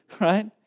right